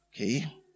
Okay